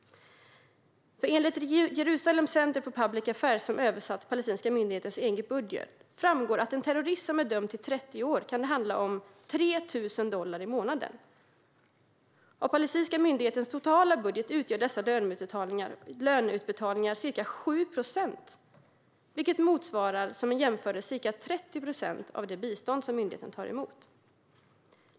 Enligt Jerusalem Center for Public Affairs, som har översatt palestinska myndighetens egen budget, kan ersättningen till en terrorist som är dömd till 30 år uppgå till 3 000 dollar i månaden. Av palestinska myndighetens totala budget utgör dessa löneutbetalningar ca 7 procent, vilket, som en jämförelse, motsvarar ca 30 procent av det bistånd som myndigheten tar emot.